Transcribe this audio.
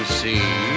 see